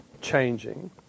changing